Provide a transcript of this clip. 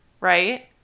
Right